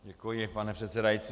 Děkuji, pane předsedající.